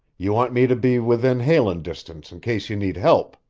you want me to be within hailin' distance in case you need help?